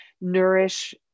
nourish